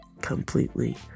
completely